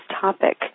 topic